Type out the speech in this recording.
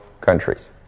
countries